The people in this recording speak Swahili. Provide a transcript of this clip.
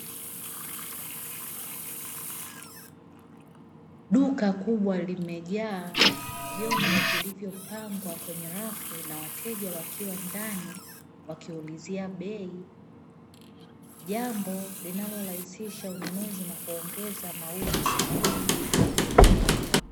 Duka kubwa limejaa vyombo vilivyopangwa kwenye rafu na wateja wakiwa ndani, wakiulizia bei, jambo linalorahisisha ununuzi na kuongeza mauzo sokoni.